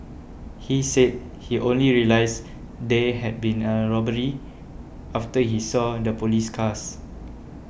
he said he only realised there had been a robbery after he saw the police cars